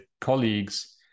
colleagues